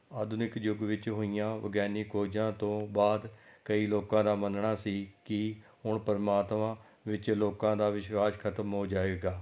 ਆਧੁਨਿਕ ਯੁੱਗ ਵਿੱਚ ਹੋਈਆਂ ਵਿਗਿਆਨੀ ਖੋਜਾਂ ਤੋਂ ਬਾਅਦ ਕਈ ਲੋਕਾਂ ਦਾ ਮੰਨਣਾ ਸੀ ਕਿ ਹੁਣ ਪਰਮਾਤਮਾ ਵਿੱਚ ਲੋਕਾਂ ਦਾ ਵਿਸ਼ਵਾਸ ਖਤਮ ਹੋ ਜਾਵੇਗਾ